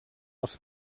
els